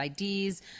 IDs